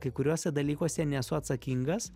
kai kuriuose dalykuose nesu atsakingas